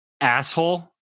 asshole